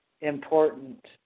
important